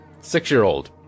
Six-year-old